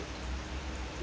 mm